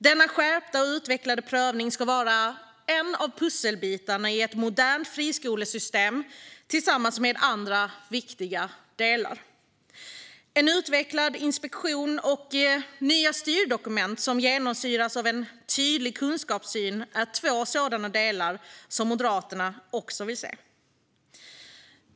Denna skärpta och utvecklade prövning ska vara en av pusselbitarna i ett modernt friskolesystem tillsammans med andra viktiga delar. En utvecklad inspektion och nya styrdokument som genomsyras av en tydlig kunskapssyn är två delar i detta som Moderaterna vill se.